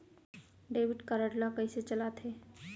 Debit card ला कइसे चलाते?